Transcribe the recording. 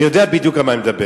אני יודע בדיוק על מה אני מדבר.